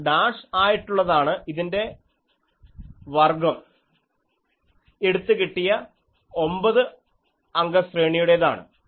ആ ഡാഷ് ആയിട്ടുള്ളത് ഇതിൻറെ വർഗ്ഗം എടുത്തു കിട്ടിയ 9 അംഗ ശ്രേണിയുടെതാണ്